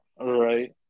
Right